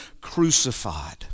crucified